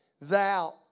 thou